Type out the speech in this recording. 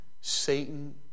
Satan